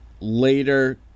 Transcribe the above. later